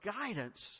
guidance